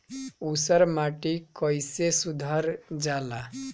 ऊसर माटी कईसे सुधार जाला?